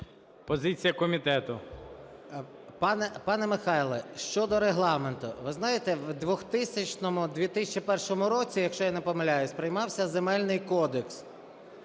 СОЛЬСЬКИЙ М.Т. Пане Михайло, щодо Регламенту. Ви знаєте, в 2000, 2001 році, якщо я не помиляюсь, приймався Земельний кодекс.